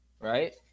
right